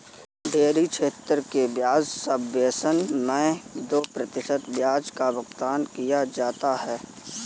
dairy क्षेत्र के ब्याज सबवेसन मैं दो प्रतिशत ब्याज का भुगतान किया जाता है